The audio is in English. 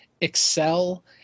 excel